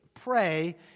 pray